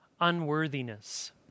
unworthiness